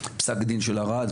פסק דין של ערד,